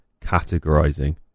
categorizing